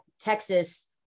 Texas